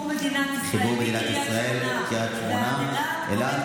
מדינת ישראל מקריית שמונה ועד אילת,